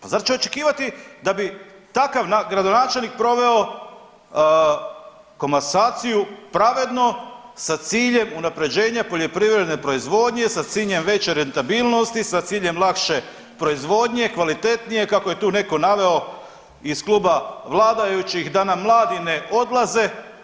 Pa zar će očekivati da bi takav gradonačelnik proveo komasaciju pravedno sa ciljem unapređenja poljoprivredne proizvodnje, sa ciljem veće rentabilnosti, sa ciljem lakše proizvodnje, kvalitetnije kako je tu netko naveo iz kluba vladajućih da nam mladi ne odlaze.